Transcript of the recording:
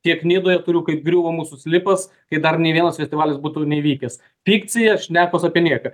tiek nidoje turiu kaip griuvo mūsų slipas kai dar nė vienas festivalis būtų neįvykęs fikcija šnekos apie nieką